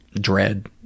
dread